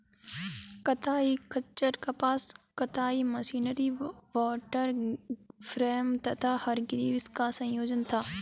कताई खच्चर कपास कताई मशीनरी वॉटर फ्रेम तथा हरग्रीव्स का संयोजन था